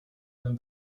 ben